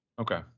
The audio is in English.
okay